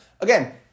again